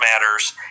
matters